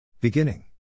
Beginning